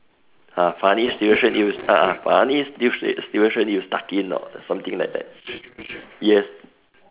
ah funny situation you s~ a'ah funny situation situation you stuck in or something like that yes